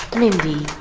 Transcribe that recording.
mindy,